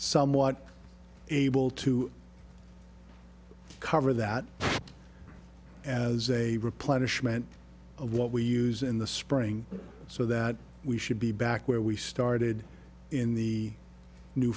somewhat able to cover that as a replenishment of what we use in the spring so that we should be back where we started in the new